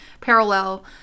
parallel